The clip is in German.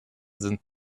sind